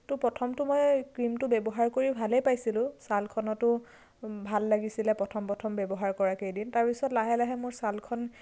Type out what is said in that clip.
তো প্ৰথমতো মই ক্ৰিমটো ব্যৱহাৰ কৰি ভালেই পাইছিলোঁ ছালখনতো ভাল লাগিছিলে প্ৰথম প্ৰথম ব্যৱহাৰ কৰাকেইদিন তাৰপিছত লাহে লাহে মোৰ ছালখন